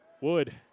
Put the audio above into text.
Wood